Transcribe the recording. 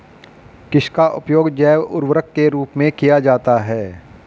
किसका उपयोग जैव उर्वरक के रूप में किया जाता है?